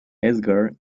edgar